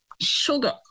sugar